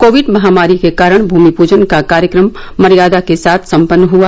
Covid महामारी के कारण भूमि पूजन का कार्यक्रम मर्यादा के साथ सम्पन्न हआ